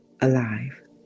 alive